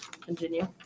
Continue